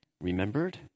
remembered